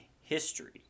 history